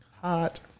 hot